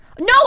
No